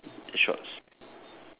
the pants the shorts